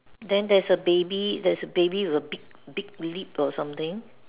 than there's a baby there's a baby with a big lip or something